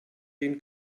den